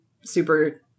super